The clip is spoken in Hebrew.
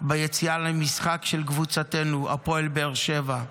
ביציאה למשחק של קבוצתנו, הפועל באר שבע,